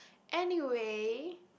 anyway